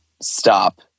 stop